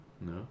No